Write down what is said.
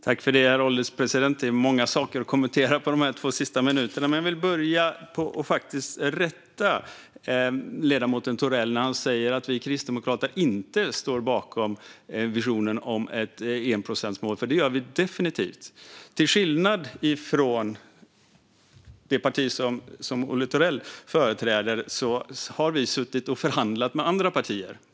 Herr ålderspresident! Jag har många saker att kommentera under dessa två sista minuter, men jag vill faktiskt börja med att rätta ledamoten Thorell. Han säger att vi kristdemokrater inte står bakom visionen om ett enprocentsmål, men det gör vi definitivt. Till skillnad från det parti som Olle Thorell företräder har vi sedan suttit och förhandlat med andra partier.